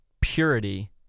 purity